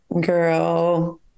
girl